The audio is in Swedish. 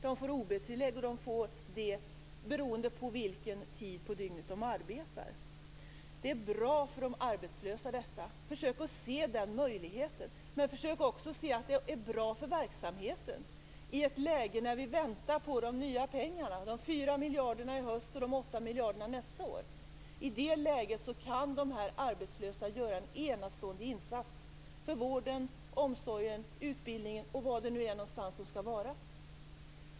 De får OB-tillägg, beroende på vilken tid på dygnet de arbetar. Det är bra för de arbetslösa. Försök att se den möjligheten. Försök också att se att det är bra för verksamheten i ett läge när vi väntar på de nya pengarna, de 4 miljarderna i höst och de 8 miljarderna nästa år. I den situationen kan de arbetslösa göra en enastående insats för vården, omsorgen, utbildningen eller var de nu skall vara.